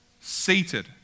Seated